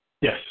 Yes